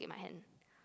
my hand